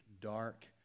dark